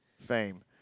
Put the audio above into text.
fame